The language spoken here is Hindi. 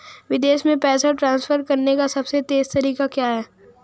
विदेश में पैसा ट्रांसफर करने का सबसे तेज़ तरीका क्या है?